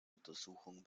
untersuchung